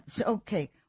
Okay